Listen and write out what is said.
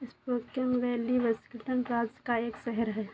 Spokane Valley Washington राज्य का एक शहर है